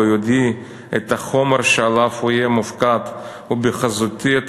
ביודעי את החומר שעליו הוא יהיה מופקד ובחזותי את